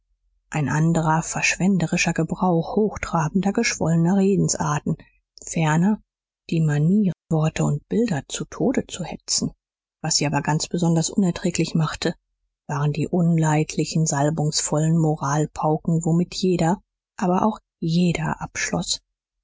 ein anderer verschwenderischer gebrauch hochtrabender geschwollener redensarten ferner die manier worte und bilder zu tode zu hetzen was sie aber ganz besonders unerträglich machte waren die unleidlichen salbungsvollen moralpauken womit jeder aber auch jeder abschloß